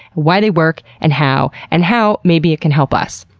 why they work, and how, and how maybe it can help us.